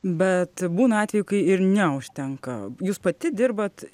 bet būna atvejų kai ir neužtenka jūs pati dirbat